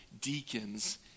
deacons